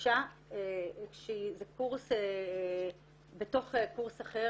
אישה שזה קורס בתוך קורס אחר,